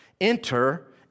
Enter